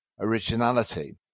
originality